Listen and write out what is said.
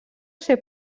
ser